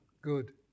good